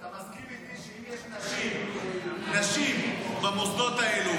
אתה מסכים איתי שאם יש נשים במוסדות האלה